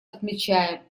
отмечаем